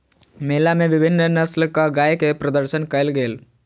मेला मे विभिन्न नस्लक गाय के प्रदर्शन कयल गेल